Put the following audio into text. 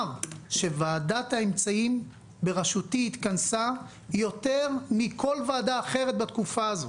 שוועדת האמצעים בראשותי התכנסה יותר מכל ועדה אחרת בתקופה הזאת,